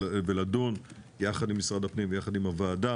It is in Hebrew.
ולדון יחד עם משרד הפנים ויחד עם הוועדה